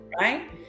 right